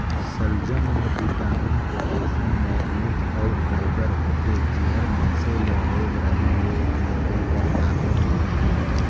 सलजम में vitamin, potassium, manganese अउ फाइबर होथे जेहर मइनसे ल रोग राई ले लड़े कर ताकत देथे